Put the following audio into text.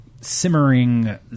simmering